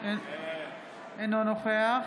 אינו נוכח